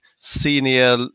senior